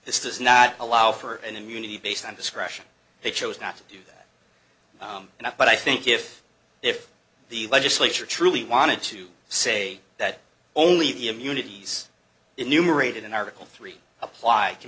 this does not allow for an immunity based on discretion they chose not to do that and that but i think if if the legislature truly wanted to say that only the immunities enumerated in article three apply can